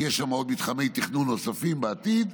כי יש שם עוד מתחמי תכנון נוספים לעתיד,